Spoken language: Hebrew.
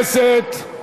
שאשכנזים ילמדו עם ספרדים?